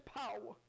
power